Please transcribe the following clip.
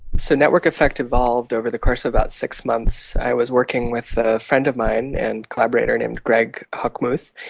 so network affect evolved over the course of about six months. i was working with a friend of mine and collaborator named greg hochmuth,